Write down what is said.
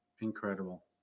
Incredible